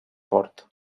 fort